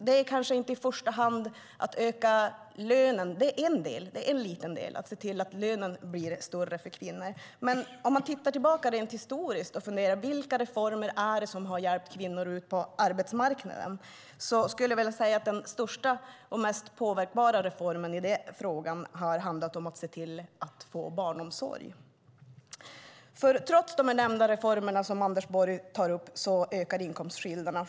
Det är kanske inte i första hand att höja lönen, även om det är en liten del att se till att lönen blir högre för kvinnor. Om man tittar tillbaka historiskt och funderar på vilka reformer det är som har hjälpt kvinnor ut på arbetsmarknaden, skulle jag vilja säga att den största och mest påverkande reformen i den frågan har handlat om att se till att det finns barnomsorg. Trots de reformer som Anders Borg nämner ökade inkomstskillnaderna.